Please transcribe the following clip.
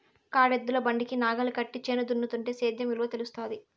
కాడెద్దుల బండికి నాగలి కట్టి చేను దున్నుతుంటే సేద్యం విలువ తెలుస్తాది